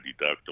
deductible